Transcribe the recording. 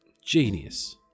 genius